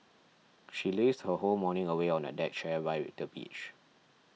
she lazed her whole morning away on a deck chair by the beach